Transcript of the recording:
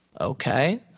Okay